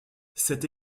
cette